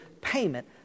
payment